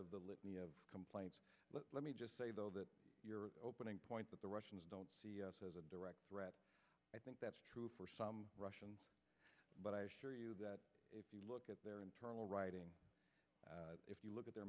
litany of complaints but let me just say though that your opening point that the russians don't see us as a direct threat i think that's true for some russian but i assure you that if you look at their internal writing if you look at their